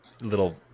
little